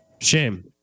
Shame